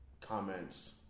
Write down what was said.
comments